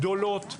גדולות,